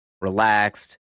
relaxed